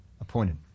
appointed